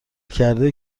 کرده